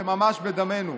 זה ממש בדמנו.